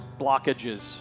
blockages